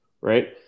right